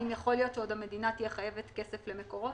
האם יכול להיות שעוד המדינה תהיה חייבת כסף למקורות?